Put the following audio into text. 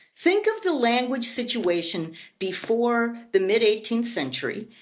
think of the language situation before the mid eighteenth century.